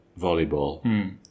Volleyball